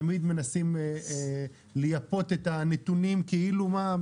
תמיד מנסים לייפות את הנתונים כאילו מה,